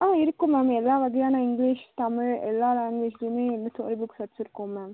ஆ இருக்கும் மேம் எல்லா வகையான இங்கிலீஷ் தமிழ் எல்லா லாங்குவேஜ்லையுமே வந்து ஸ்டோரி புக்ஸ் வச்சுருக்கோம் மேம்